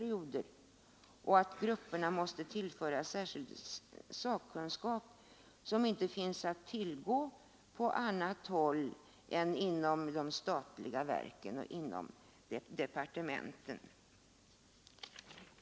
Grupperna måste fördenskull tillföras särskild sakkunskap som inte finns att tillgå på annat håll än inom de statliga verken och inom departementen.